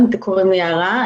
אני יערה,